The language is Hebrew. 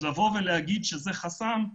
אז לבוא ולומר שזה חסם?